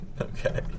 Okay